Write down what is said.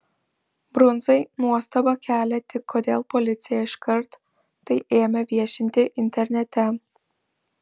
brundzai nuostabą kelia tik kodėl policija iškart tai ėmė viešinti internete